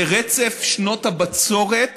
זה רצף שנות הבצורת